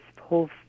whole